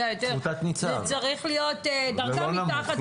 יותר זה צריך להיות דרגה מתחת לנציבה.